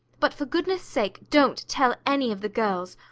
but, for goodness' sake, don't tell any of the girls,